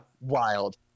wild